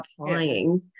applying